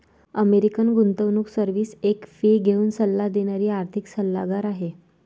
American गुंतवणूक service एक fee घेऊन सल्ला देणारी आर्थिक सल्लागार आहे